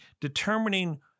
determining